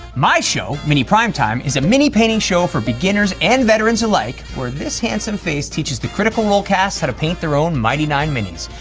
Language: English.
my show, mini primetime, is a mini painting show for beginners and veterans alike where this handsome face teaches the critical role cast how to paint their own mighty nein minis.